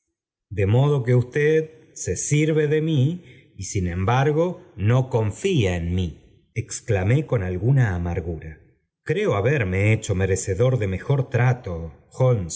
de modo que usted se sirve de mí y sin embargo no confía en mí exclamó con alguna amargura creo haberme hecho merecedor de mejor trato